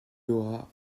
aura